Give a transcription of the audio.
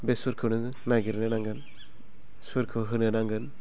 बे सुरखौ नोङो नागिरनो नांगोन सुरखौ होनो नांगोन